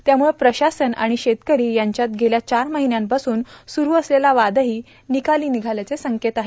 त्यामुळं प्रशासन आर्गाण शेतकरां यांच्यात गेल्या चार र्माहन्यांपासून सुरू असलेला वादहो निकालो निघाल्याचे संकेत आहेत